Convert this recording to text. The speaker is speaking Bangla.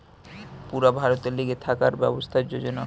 পুরা ভারতের লিগে থাকার ব্যবস্থার যোজনা